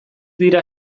dira